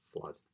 flood